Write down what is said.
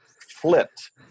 flipped